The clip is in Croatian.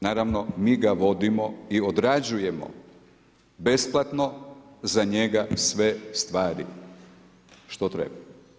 Naravno mi ga vodimo i odrađujemo besplatno za njega sve stvari što treba.